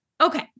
Okay